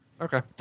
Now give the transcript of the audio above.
okay